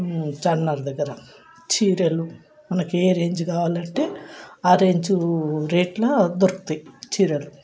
చార్మినార్ దగ్గర చీరలు మనకి ఏ రేంజ్ కావాలంటే ఆ రేంజ్ రేట్లో దొరుకుతాయి చీరలు